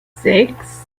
sechs